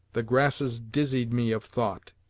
the grasses dizzied me of thought,